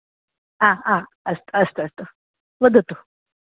हा हा अस्तु अस्तु वदतु